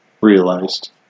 Realized